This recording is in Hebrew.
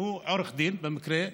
שהוא עורך דין במקרה,